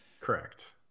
correct